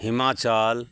Himachal